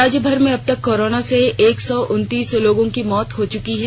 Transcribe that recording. राज्यभर में अबतक कोरोना से एक सौ उनतीस लोगों की मौत हो चुकी है